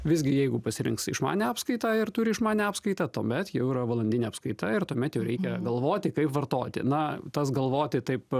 visgi jeigu pasirinks išmanią apskaitą ir turi išmanią apskaitą tuomet jau yra valandinė apskaita ir tuomet jau reikia galvoti kaip vartoti na tas galvoti taip